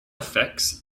effects